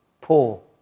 Paul